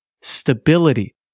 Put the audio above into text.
stability